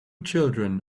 children